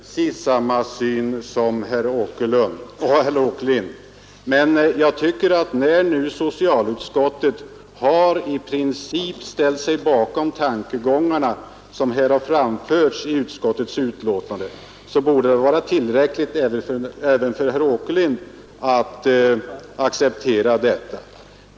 Herr talman! I det fallet har jag precis samma syn som herr Åkerlind, men jag tycker att när nu socialutskottet i princip har ställt sig bakom de tankegångar som har framförts i motionen så borde väl det vara tillräckligt även för herr Åkerlind.